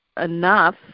enough